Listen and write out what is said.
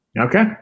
Okay